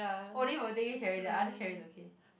only birthday cake cherry the other cherry is okay